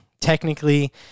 technically